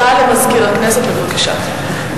הודעה למזכיר הכנסת, בבקשה.